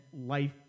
life